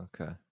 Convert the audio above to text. Okay